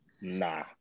Nah